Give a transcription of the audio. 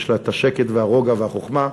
יש לה את השקט והרוגע והחוכמה.